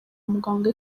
muganga